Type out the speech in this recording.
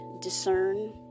discern